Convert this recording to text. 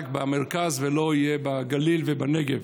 רק במרכז, ולא יהיו בגליל ובנגב.